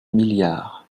milliards